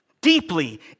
deeply